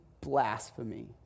blasphemy